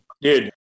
Dude